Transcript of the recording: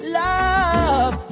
love